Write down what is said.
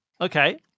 Okay